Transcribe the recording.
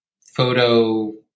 photo